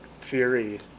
theory